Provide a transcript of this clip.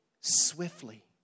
swiftly